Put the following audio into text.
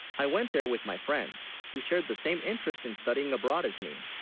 i went there with, my friends, who shared the same interest in studying abroad as me